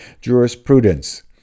jurisprudence